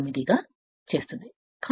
159 గా చేస్తుంది